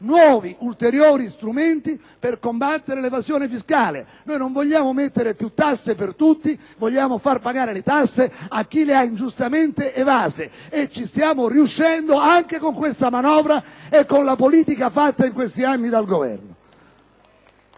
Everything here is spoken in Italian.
nuovi ed ulteriori strumenti per combattere l'evasione fiscale. Non vogliamo mettere più tasse per tutti, ma vogliamo far pagare le tasse a chi le ha ingiustamente evase: ci stiamo riuscendo anche con questa manovra e con la politica svolta negli ultimi anni dal Governo.